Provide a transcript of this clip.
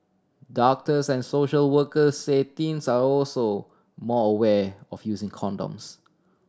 doctors and social workers say teens are also more aware of using condoms